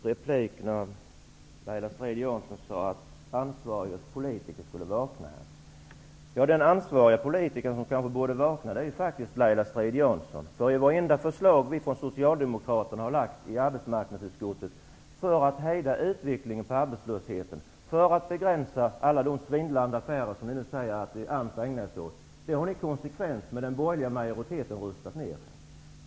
Fru talman! Jag begärde replik när Laila Strid Jansson sade att ansvariga politiker måste vakna. Den ansvariga politiker som borde vakna är Laila Vartenda förslag som vi socialdemokrater har lagt fram i arbetsmarknadsutskottet för att hejda arbetslöshetens utveckling, för att begränsa alla de svindlande affärer som det sägs att AMS ägnar sig åt, har ni tillsammans med den borgerliga majoriteten konsekvent röstat ner.